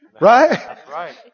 Right